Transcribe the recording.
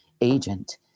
agent